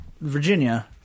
Virginia